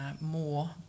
more